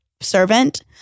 servant